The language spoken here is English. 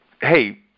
Hey